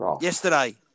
Yesterday